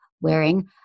wearing